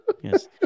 Yes